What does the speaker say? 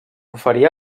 oferia